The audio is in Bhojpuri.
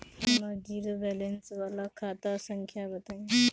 हमर जीरो बैलेंस वाला खाता संख्या बताई?